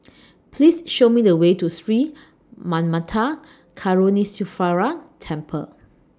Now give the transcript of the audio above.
Please Show Me The Way to Sri Manmatha Karuneshvarar Temple